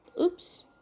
oops